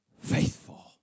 faithful